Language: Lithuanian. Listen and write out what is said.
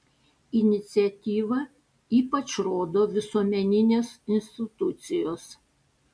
iniciatyvą ypač rodo visuomeninės institucijos